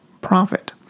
profit